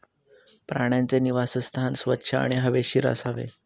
प्राण्यांचे निवासस्थान स्वच्छ आणि हवेशीर असावे